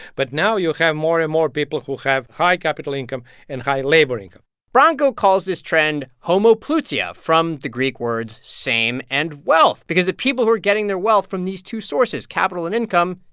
but now, you have more and more people who have high capital income and high labor income branko calls this trend homoploutia, from the greek words same and wealth because the people who are getting their wealth from these two sources, capital and income,